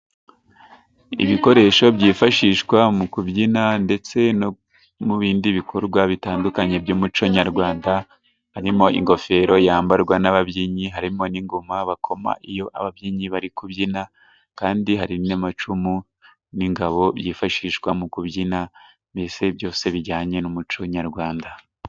Ibikoresho byifashishwa mu kubyina ndetse no mu bindi bikorwa bitandukanye by'umuco nyarwanda, harimo ingofero yambarwa n'ababyinnyi, harimo n'ingoma bakoma iyo ababyinnyi bari kubyina, kandi hari n'amacumu n'ingabo byifashishwa mu kubyina, mbese byose bijyanye n'umuco nyarwanda.